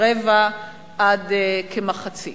כרבע עד כמחצית.